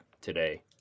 today